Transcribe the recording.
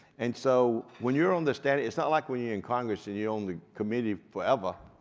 and so when you're on the standing it's not like when you're in congress and you're on the committee forever.